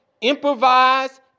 improvise